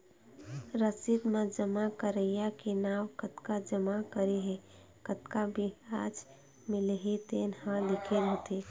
रसीद म जमा करइया के नांव, कतका जमा करे हे, कतका बियाज मिलही तेन ह लिखे होथे